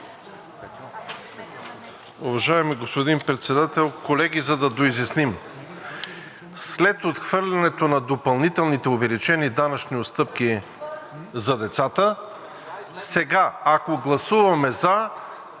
Уважаеми господин Председател, колеги! За да доизясним. След отхвърлянето на допълнителните увеличени данъчни отстъпки за децата, ако сега гласуваме за,